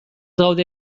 gaude